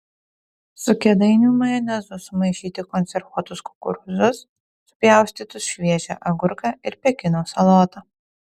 su kėdainių majonezu sumaišyti konservuotus kukurūzus supjaustytus šviežią agurką ir pekino salotą